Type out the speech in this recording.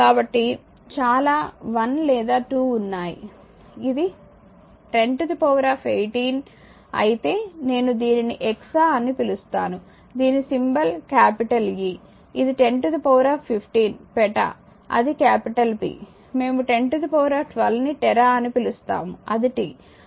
కాబట్టి చాలా 1 లేదా 2 ఉన్నాయిఇది 1018 అయితే నేను దీనిని ఎక్సా అని పిలుస్తాను దీని సింబల్ కాపిటల్ E ఇది 1015 పెటా అది క్యాపిటల్ P మేము 1012 ని టెరా అని పిలుస్తాము అది T తరువాత 109